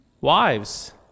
Wives